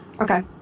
Okay